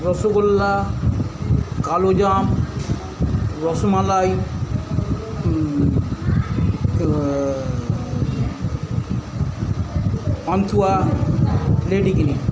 rasgulla kalojam rasmalai pantua লেডিকেনি